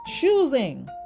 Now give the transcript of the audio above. choosing